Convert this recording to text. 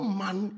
man